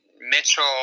Mitchell